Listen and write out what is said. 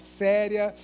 séria